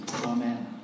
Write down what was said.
Amen